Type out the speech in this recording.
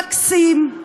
מקסים,